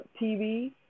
TV